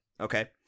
okay